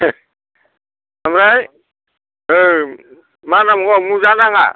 आमफ्राय ओ मा नांबावगौ मुजा नाङा